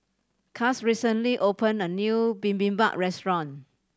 Cass recently opened a new Bibimbap Restaurant